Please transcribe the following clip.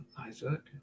Isaac